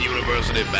University